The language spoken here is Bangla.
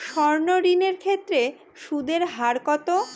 সর্ণ ঋণ এর ক্ষেত্রে সুদ এর হার কত?